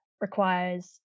requires